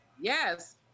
yes